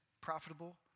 profitable